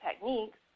techniques